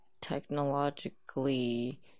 technologically